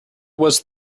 was